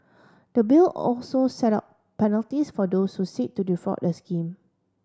the Bill also set out penalties for those who seek to defraud the scheme